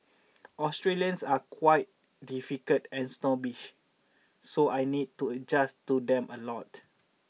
Australians are quite difficult and snobbish so I need to adjust to them a lot